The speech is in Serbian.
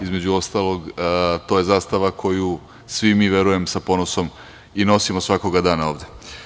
Između ostalog to je zastava koju svi mi, verujem, sa ponosom nosimo svakoga dana ovde.